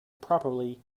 properly